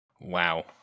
Wow